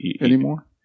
anymore